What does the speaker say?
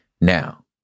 Now